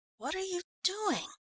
what are you doing?